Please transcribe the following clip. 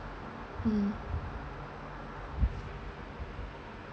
mmhmm